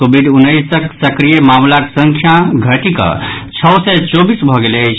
Covid उन्नैसक सक्रिय मामिलाक संख्या घटिकऽ छओ सय चौबीस भऽ गेल अछि